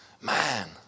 man